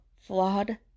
flawed